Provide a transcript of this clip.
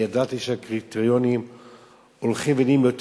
אני ידעתי שהקריטריונים הולכים ונהיים יותר